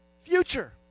Future